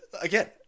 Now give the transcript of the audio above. Again